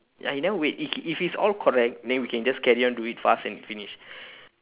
ya he never wait if if he's all correct then we can just carry on do it fast and finish